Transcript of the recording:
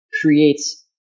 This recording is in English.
creates